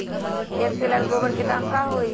एक टेलर गोबर के दाम का होई?